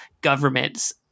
government's